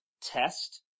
test